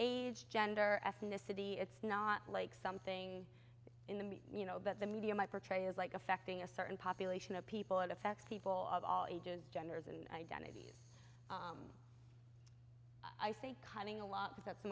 age gender ethnicity it's not like something in the me you know but the media my portray is like affecting a certain population of people it affects people of all ages genders and identities i think cutting a lot of that's the